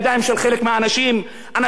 אנשים לא מכבדים את שלטון החוק,